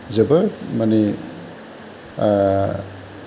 जोबोद माने